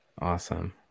Awesome